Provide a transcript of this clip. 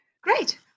Great